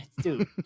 dude